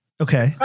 Okay